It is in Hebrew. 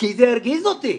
כי זה הרגיז אותי.